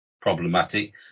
problematic